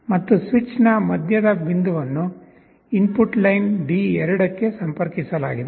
ಮತ್ತು ಸ್ವಿಚ್ನ ಮಧ್ಯದ ಬಿಂದುವನ್ನು ಇನ್ಪುಟ್ ಲೈನ್ D2 ಗೆ ಸಂಪರ್ಕಿಸಲಾಗಿದೆ